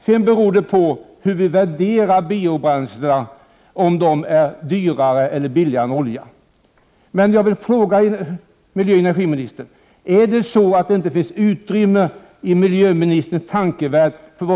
Sedan beror det på hur vi värderar biobränslen, om de är dyrare eller billigare än olja.